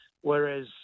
Whereas